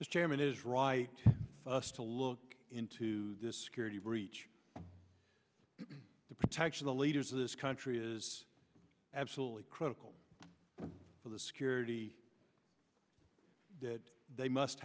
the chairman is right for us to look into this security breach protection the leaders of this country is absolutely critical for the security that they must